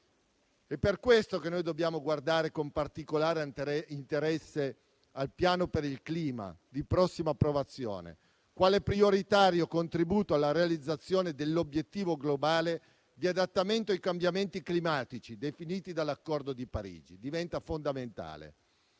È per questo che dobbiamo guardare con particolare interesse al piano per il clima di prossima approvazione quale prioritario contributo alla realizzazione dell'obiettivo globale di adattamento ai cambiamenti climatici definiti dall'Accordo di Parigi. Questo diventa fondamentale.